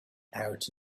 out